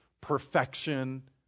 perfection